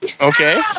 Okay